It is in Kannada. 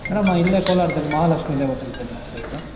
ಮೇಡಮ್ ನಾ ಇಲ್ಲೇ ಕೋಲಾರದಲ್ಲಿ ಮಹಾಲಕ್ಷ್ಮಿ ಲೇಯೌಟಲ್ಲಿದೆ ಮೇಡಮ್ ಸೈಟು